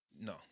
No